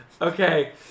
Okay